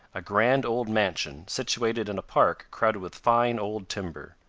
a grand old mansion situated in a park crowded with fine old timber.